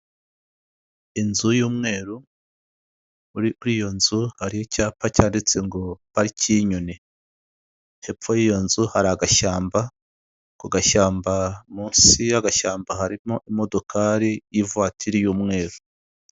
Inzu y'umweru, muri iyo nzu hari icyapa cyanditseho ngo pariki y'inyoni, hepfo y'iyo nzu hari agashyamba, ku gashyamba munsi y'agashyamba harimo imodokari y'ivuwatiri y'umweru.